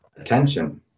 Attention